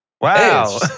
Wow